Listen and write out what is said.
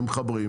שמחברים,